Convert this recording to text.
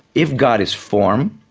if god is form,